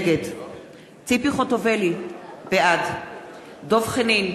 נגד ציפי חוטובלי, בעד דב חנין,